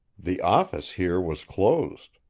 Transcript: the office here was closed.